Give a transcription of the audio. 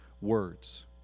words